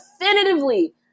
definitively